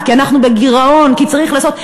כי אנחנו בגירעון, כי צריך לעשות.